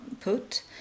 put